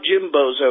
Jimbozo